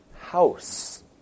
house